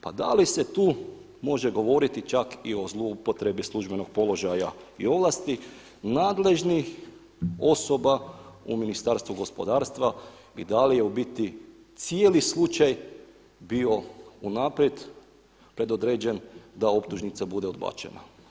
Pa da li se tu može govoriti čak i o zloupotrebi službenog položaja i ovlasti nadležnih osoba u Ministarstvu gospodarstva i da li je u biti cijeli slučaj bio unaprijed predodređen da optužnica bude odbačena?